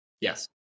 Yes